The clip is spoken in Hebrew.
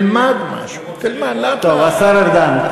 אני שואל, אינפורמציה.